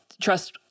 trust